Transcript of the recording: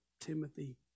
Timothy